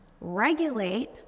regulate